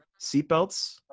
seatbelts